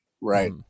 right